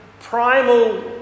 primal